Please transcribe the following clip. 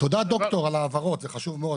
תודה דוקטור על ההבהרות, זה חשוב מאוד.